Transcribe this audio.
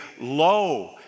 lo